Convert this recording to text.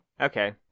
okay